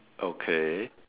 okay